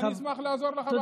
ואני אשמח לעזור לך בנושא הזה.